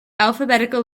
alphabetical